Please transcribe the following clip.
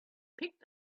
picked